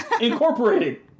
incorporated